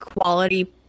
quality